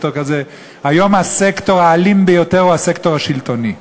היום הסקטור האלים ביותר הוא הסקטור השלטוני.